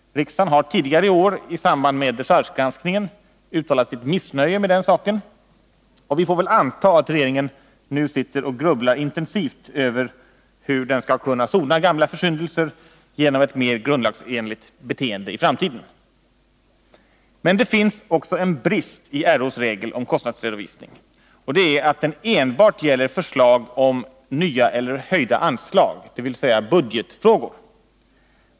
Riksdagen har tidigare i år i samband med dechargegranskningen uttalat sitt missnöje med den saken, och vi får väl anta att regeringen nu sitter och grubblar intensivt över hur den skall kunna sona gamla försyndelser genom ett mer grundlagsenligt beteende i framtiden. Men det finns också en brist i riksdagsordningens regel om kostnadsredovisning, nämligen att den enbart gäller förslag om nya eller höjda anslag, dvs. budgetfrågor.